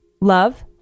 Love